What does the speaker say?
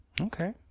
Okay